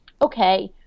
okay